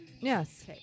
yes